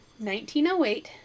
1908